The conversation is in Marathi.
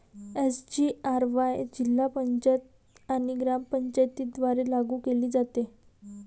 एस.जी.आर.वाय जिल्हा पंचायत आणि ग्रामपंचायतींद्वारे लागू केले जाते